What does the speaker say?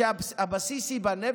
שהבסיס ייבנה.